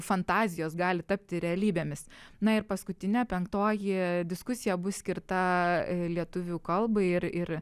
fantazijos gali tapti realybėmis na ir paskutinė penktoji diskusija bus skirta lietuvių kalbai ir ir